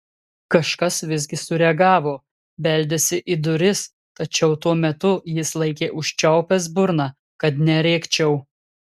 kažkas visgi sureagavo beldėsi į duris tačiau tuo metu jis laikė užčiaupęs burną kad nerėkčiau